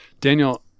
Daniel